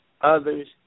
others